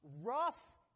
Rough